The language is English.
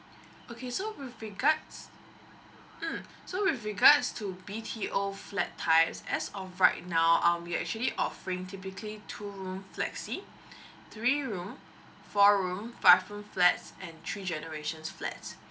okay so with regards mm so with regards to B_T_O flat types as of right now um we actually offering typically two room flexi three room four room five room flats and three generations flats